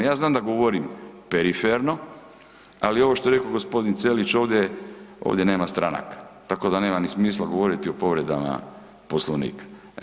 Ja znam da govorim periferno, ali ovo što je rekao gospodin Ćelić ovdje, ovdje nama stranaka tako da nema ni smisla govoriti o povredama Poslovnika.